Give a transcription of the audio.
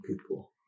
people